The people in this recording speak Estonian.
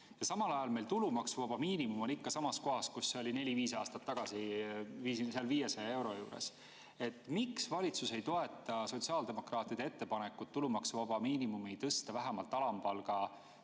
Samal ajal on meil tulumaksuvaba miinimum ikka samas kohas, kus see oli neli-viis aastat tagasi, 500 euro juures. Miks valitsus ei toeta sotsiaaldemokraatide ettepanekut tulumaksuvaba miinimumi tõsta vähemalt alampalga